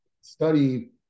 study